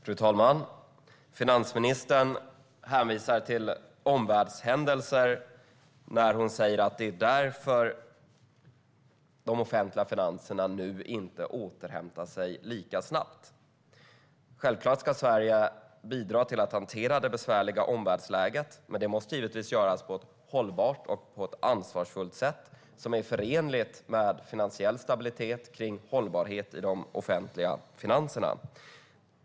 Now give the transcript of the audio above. Fru talman! Finansministern hänvisar till omvärldshändelser och säger att det är därför som de offentliga finanserna nu inte återhämtar sig lika snabbt. Självklart ska Sverige bidra till att hantera det besvärliga omvärldsläget. Men det måste givetvis göras på ett hållbart och ansvarsfullt sätt som är förenligt med finansiell stabilitet och hållbarhet i de offentliga finanserna.